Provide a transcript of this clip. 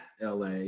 LA